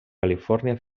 califòrnia